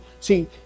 see